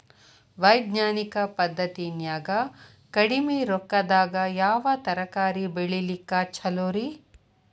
ವೈಜ್ಞಾನಿಕ ಪದ್ಧತಿನ್ಯಾಗ ಕಡಿಮಿ ರೊಕ್ಕದಾಗಾ ಯಾವ ತರಕಾರಿ ಬೆಳಿಲಿಕ್ಕ ಛಲೋರಿ?